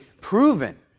proven